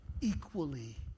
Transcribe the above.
equally